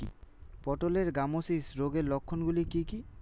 পটলের গ্যামোসিস রোগের লক্ষণগুলি কী কী?